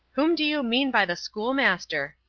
whom do you mean by the schoolmaster?